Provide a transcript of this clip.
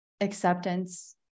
acceptance